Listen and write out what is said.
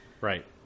Right